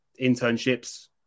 internships